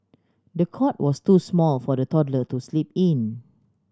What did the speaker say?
the cot was too small for the toddler to sleep in